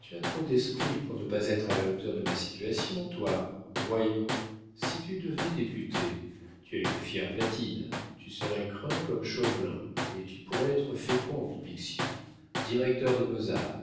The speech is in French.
tu as trop d'esprit pour ne pas être à la hauteur de ma situation toi voyons si tu devenais député tu as une fière platine tu serais craint comme chauvelin et tu pourrais être fait comte bixiou directeur des beaux-arts